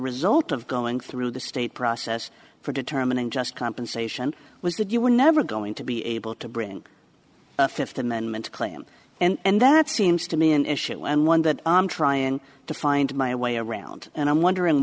result of going through the state process for determining just compensation was that you were never going to be able to bring a fifth amendment claim and that seems to me an issue and one that i'm trying to find my way around and i'm wondering